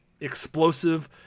explosive